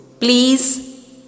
please